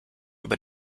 über